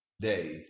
day